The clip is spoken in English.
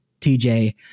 TJ